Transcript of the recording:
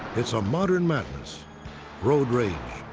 it's a modern madness road rage.